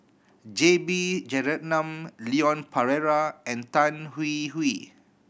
J B Jeyaretnam Leon Perera and Tan Hwee Hwee